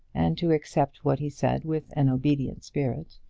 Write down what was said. and to accept what he said with an obedient spirit.